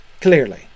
Clearly